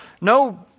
no